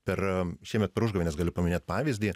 per šiemet per užgavėnes galiu paminėt pavyzdį